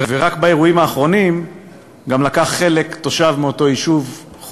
ורק באירועים האחרונים גם לקח חלק תושב מאותו יישוב,